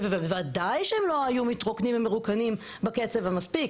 בוודאי שהם לא היו מתרוקנים ומרוקנים בקצב המספיק.